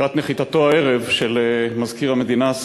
לקראת נחיתתו הערב של מזכיר המדינה,